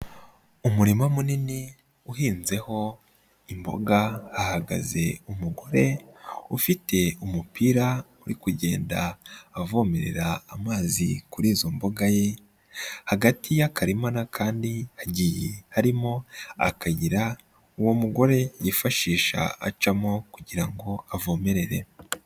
Umurima munini uhinzeho imboga, hahagaze umugore ufite umupira uri kugenda avomere amazi kuri izo mboga, hagati ya karima n'akandi hagiye harimo akayira uwo mugore yifashisha acamo kugira ngo avomererera.